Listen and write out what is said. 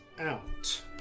out